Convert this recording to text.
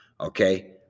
Okay